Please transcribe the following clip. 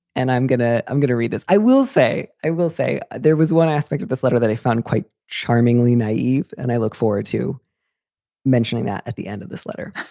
and i'm going to i'm going to read this. i will say i will say there was one aspect of this letter that i found quite charmingly naive. and i look forward to mentioning that at the end of this letter.